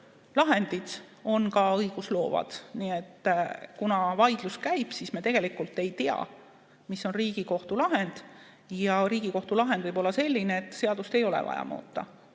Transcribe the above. lahendid on ka õigustloovad. Kuna vaidlus käib, siis me ei tea, mis on Riigikohtu lahend. Riigikohtu lahend võib olla selline, et seadust ei ole vaja muuta,